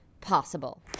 possible